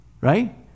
right